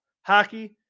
hockey